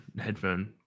headphone